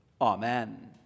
Amen